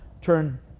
Turn